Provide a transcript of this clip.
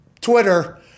Twitter